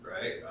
right